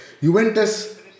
Juventus